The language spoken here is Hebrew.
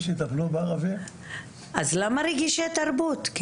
אז למה רגישי תרבות?